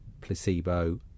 placebo